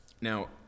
Now